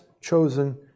chosen